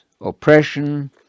oppression